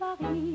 Paris